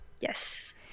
yes